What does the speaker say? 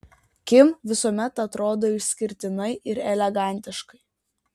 kim visuomet atrodo išskirtinai ir elegantiškai